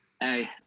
Hey